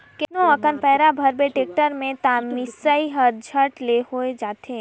कतनो अकन पैरा भरबे टेक्टर में त मिसई हर झट ले हो जाथे